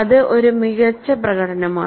അത് ഒരു മികച്ച പ്രകടനമാണ്